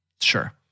Sure